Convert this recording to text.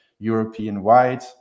european-wide